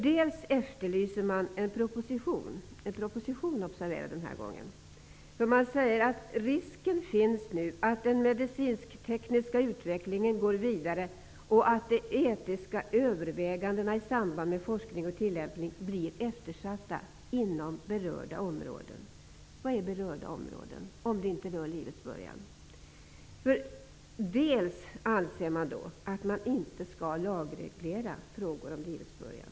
Man efterlyser denna gång en proposition, observera detta, och säger: ''Risken finns nu att den medicinsk-tekniska utvecklingen går vidare och att de etiska övervägandena i samband med forskning och tillämpning blir eftersatta inom berörda områden.'' Vad är berörda områden om det inte är livets början? Man anser att vi inte skall lagreglera frågor om livets början.